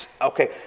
Okay